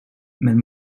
men